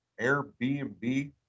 Airbnb